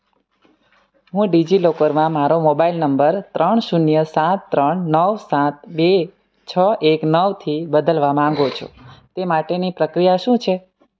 હું ડિજિલોકરમાં મારો મોબાઈલ નંબર ત્રણ શૂન્ય સાત ત્રણ નવ સાત બે છ એક નવથી બદલવા માંગુ છું તે માટેની પ્રક્રિયા શું છે